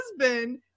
husband